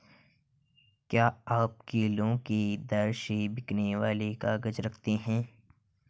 क्या आप किलो के दर से बिकने वाले काग़ज़ रखते हैं?